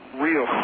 real